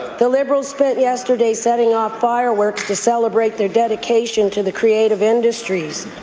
the liberals spent yesterday setting off fireworks to celebrate their dedication to the creative industries.